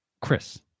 Chris